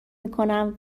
میکنم